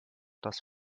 das